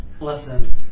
Listen